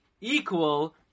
equal